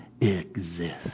exist